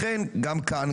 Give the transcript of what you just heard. לכן גם כאן,